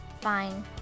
Fine